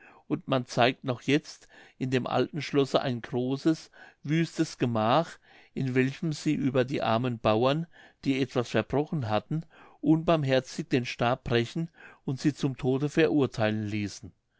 und man zeigt noch jetzt in dem alten schlosse ein großes wüstes gemach in welchem sie über die armen bauern die etwas verbrochen hatten unbarmherzig den stab brechen und sie zum tode verurtheilen ließen